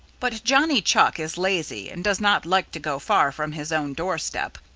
but johnny chuck is lazy and does not like to go far from his own doorstep,